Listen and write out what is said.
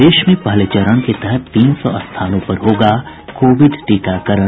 प्रदेश में पहले चरण के तहत तीन सौ स्थानों पर होगा कोविड टीकाकरण